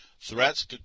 threats